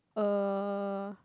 uh